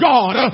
God